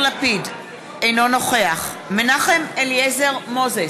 אינו נוכח מנחם אליעזר מוזס,